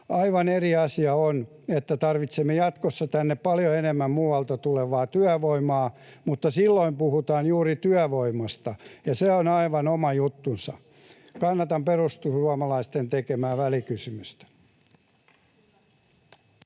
Aivan eri asia on, että tarvitsemme jatkossa tänne paljon enemmän muualta tulevaa työvoimaa. Mutta silloin puhutaan juuri työvoimasta, ja se on aivan oma juttunsa. Kannatan perussuomalaisten tekemää välikysymystä.